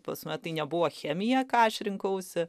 pats matai nebuvo chemiją ką aš rinkausi